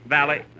Valley